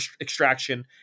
extraction